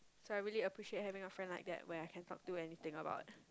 so I really appreciate having a friend like that where I can talk to anything about